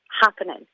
happening